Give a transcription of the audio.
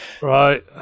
right